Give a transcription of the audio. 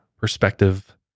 perspective